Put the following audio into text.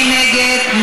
מי נגד?